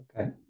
Okay